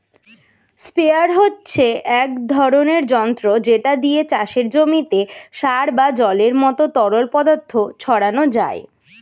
sprayer হচ্ছে এক ধরনের যন্ত্র যেটা দিয়ে চাষের জমিতে সার বা জলের মতো তরল পদার্থ ছড়ানো যায়